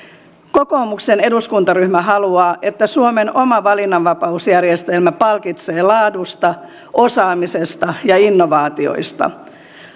kokoomuksen eduskuntaryhmä haluaa että suomen oma valinnanvapausjärjestelmä palkitsee laadusta osaamisesta ja innovaatioista